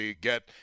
get